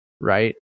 right